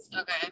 Okay